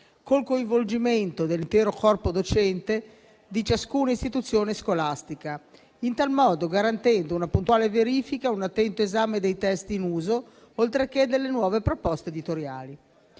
il coinvolgimento dell'intero corpo docente di ciascuna istituzione scolastica, in tal modo garantendo una puntuale verifica e un attento esame dei testi in uso, oltre che delle nuove proposte editoriali.